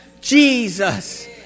Jesus